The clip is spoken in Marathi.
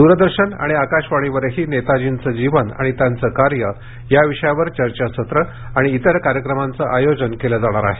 द्रदर्शन आणि आकाशवाणीवरही नेताजींचं जीवन आणि त्यांचं कार्य या विषयावर चर्चासत्र आणि इतर कार्यक्रमांचं आयोजन केलं जाणार आहे